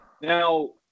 Now